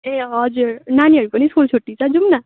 ए हजुर नानीहरूको पनि स्कुल छुट्टी छ जाऔँ न